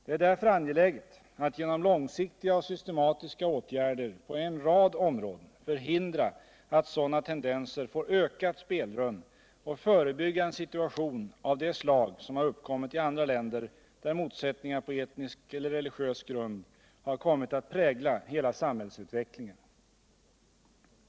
Det är därför angeläget att genom långsiktiga och systematiska åtgärder på en rad områden förhindra att sådana tendenser får ökat spelrum och förebygga en situation av det slag som har uppkommit i andra länder, där motsättningar på etnisk celler religiös grund har kommit att prägla hela samhällsutvecklingen.